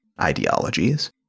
ideologies